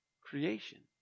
creation